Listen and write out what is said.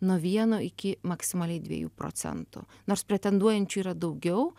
nuo vieno iki maksimaliai dviejų procentų nors pretenduojančių yra daugiau